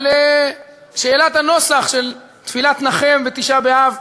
על שאלת הנוסח של תפילת "נחם" בתשעה באב.